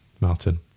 martin